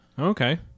Okay